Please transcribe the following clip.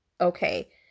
okay